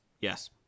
yes